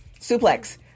Suplex